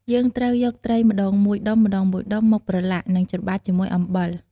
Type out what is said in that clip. យើងត្រូវយកត្រីម្ដងមួយដុំៗមកប្រឡាក់ និងច្របាច់ជាមួយអំបិល។